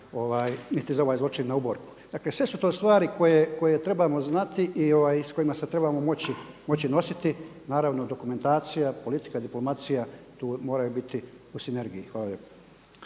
niti za ovaj zločin na… Dakle, sve su to stvari koje trebamo znati i s kojima se trebamo moći nositi, naravno dokumentacija, politika, diplomacija tu moraju biti u sinergiji. Hvala